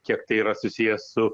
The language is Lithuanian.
kiek tai yra susiję su